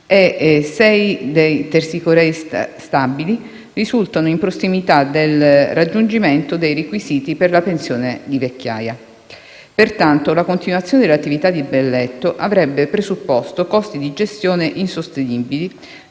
dei tersicorei stabili risultano in prossimità del raggiungimento dei requisiti per la pensione di vecchiaia. Pertanto, la continuazione dell'attività di balletto, avrebbe presupposto costi di gestione insostenibili,